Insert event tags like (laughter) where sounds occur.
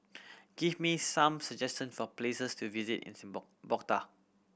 give me some suggestion for places to visit in (unintelligible) Bogota